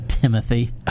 Timothy